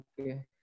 okay